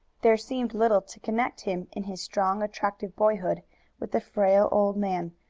there seemed little to connect him in his strong, attractive boyhood with the frail old man,